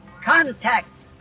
contact